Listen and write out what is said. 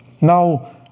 Now